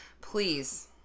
please